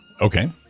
Okay